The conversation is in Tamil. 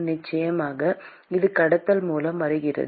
நிச்சயமாக இது கடத்தல் மூலம் வருகிறது